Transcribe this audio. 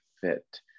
Fit